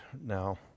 now